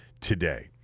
today